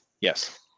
Yes